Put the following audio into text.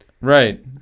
Right